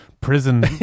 prison